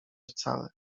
wcale